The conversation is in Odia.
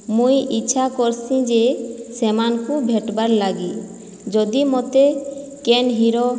ମୁଇଁ ଇଚ୍ଛା କର୍ସି ଯେ ସେମାନଙ୍କୁ ଭେଟ୍ବାର୍ ଲାଗି ଯଦି ମୋତେ କେନ୍ ହିରୋ